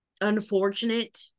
unfortunate